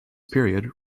period